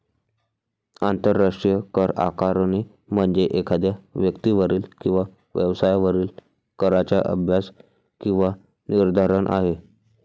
आंतरराष्ट्रीय करआकारणी म्हणजे एखाद्या व्यक्तीवरील किंवा व्यवसायावरील कराचा अभ्यास किंवा निर्धारण आहे